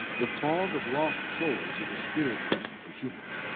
the fog of lost souls is a spirit prison for humans.